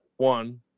One